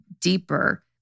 deeper